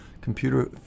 computer